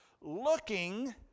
looking